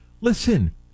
Listen